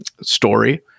story